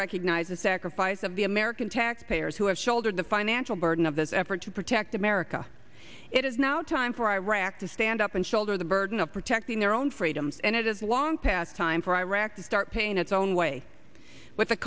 recognize the sacrifice of the american taxpayers who have shouldered the financial burden of this effort to protect america it is now time for iraq to stand up and shoulder the burden of protecting their own freedoms and it is long past time for iraq to start paying its own way but the